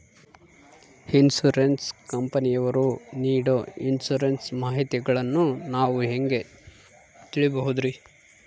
Insurance ಕಂಪನಿಯವರು ನೇಡೊ insurance ಮಾಹಿತಿಗಳನ್ನು ನಾವು ಹೆಂಗ ತಿಳಿಬಹುದ್ರಿ?